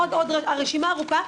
עוד רשימה ארוכה.